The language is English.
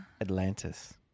Atlantis